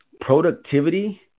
productivity